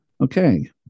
Okay